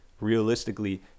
realistically